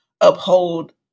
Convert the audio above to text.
uphold